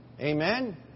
Amen